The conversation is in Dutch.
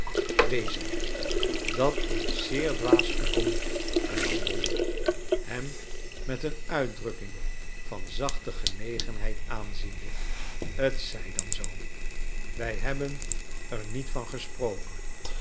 wezenlijk dat is zeer dwaas en komiek hernam dolly hem met een uitdrukking van zachte genegenheid aanziende t zij dan zoo wij hebben er niet van gesproken